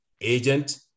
agent